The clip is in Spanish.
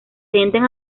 sienten